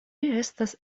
estas